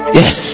yes